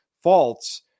faults